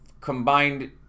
combined